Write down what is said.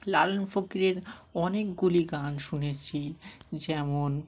লালন ফকিরের অনেকগুলি গান শুনেছি যেমন